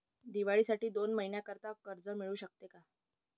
दिवाळीसाठी दोन महिन्याकरिता कर्ज मिळू शकते का?